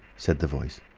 said the voice.